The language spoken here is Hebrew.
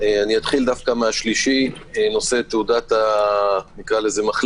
אתחיל מהשלישי, נושא תעודת המחלים.